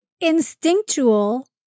instinctual